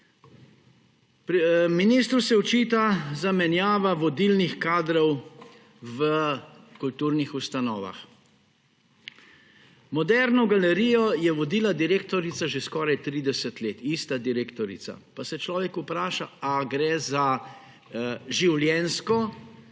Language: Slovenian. Ministru se očita zamenjava vodilnih kadrov v kulturnih ustanovah. Moderno galerijo je vodila direktorica že skoraj 30 let. Ista direktorica. Pa se človek vpraša, ali gre za življenjsko